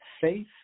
Faith